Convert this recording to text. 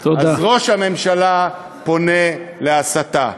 אז ראש הממשלה פונה להסתה,